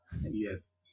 Yes